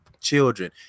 children